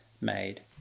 made